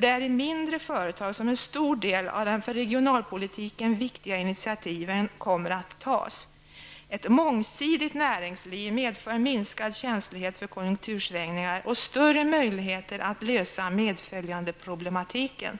Det är i mindre företag som en stor del av de för regionalpolitiken viktiga initiativen kommer att tas. Ett mångsidigt näringsliv medför minskad känslighet för konjunktursvängningar och större möjligheter att lösa medföljandeproblematiken,